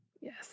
Yes